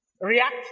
react